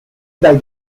dai